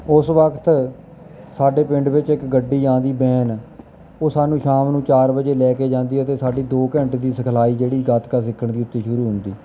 ਉਸ ਵਕਤ ਸਾਡੇ ਪਿੰਡ ਵਿੱਚ ਇੱਕ ਗੱਡੀ ਆਉਂਦੀ ਵੈਨ ਉਹ ਸਾਨੂੰ ਸ਼ਾਮ ਨੂੰ ਚਾਰ ਵਜੇ ਲੈ ਕੇ ਜਾਂਦੀ ਅਤੇ ਸਾਡੀ ਦੋ ਘੰਟੇ ਦੀ ਸਿਖਲਾਈ ਜਿਹੜੀ ਗੱਤਕਾ ਸਿੱਖਣ ਦੀ ਅਤੇ ਸ਼ੁਰੂ ਹੁੰਦੀ